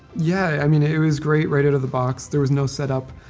yeah, i mean it was great right out of the box. there was no setup.